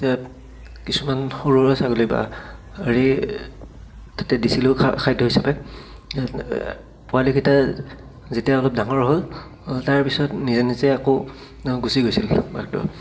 এতিয়া কিছুমান সৰুসুৰা ছাগলী বা হেৰি তাতে দিছিলোঁ খাদ্য হিচাপে পোৱালিকেইটা যেতিয়া অলপ ডাঙৰ হ'ল তাৰ পিছত নিজে নিজে আকৌ গুচি গৈছিল মাকটো